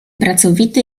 pracowity